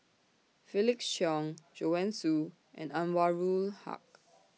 Felix Cheong Joanne Soo and Anwarul Haque